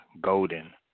Golden